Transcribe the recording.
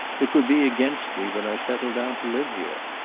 it would be against me when i settle down to live here.